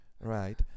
right